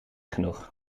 genoeg